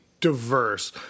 diverse